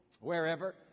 wherever